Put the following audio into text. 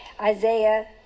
Isaiah